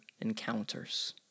encounters